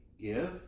give